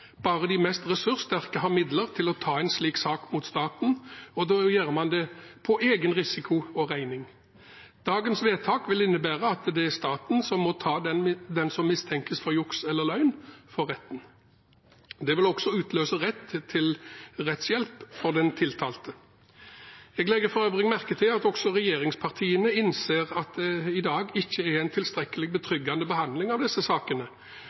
Bare de mest ressurssterke har midler til å ta en slik sak mot staten, da man gjør det på egen risiko og regning. Dagens vedtak vil innebære at det er staten som må ta den som mistenkes for juks eller løgn, for retten. Det vil også utløse rett til rettshjelp for den tiltalte. Jeg legger for øvrig merke til at også regjeringspartiene innser at det i dag ikke er en tilstrekkelig betryggende behandling av disse sakene,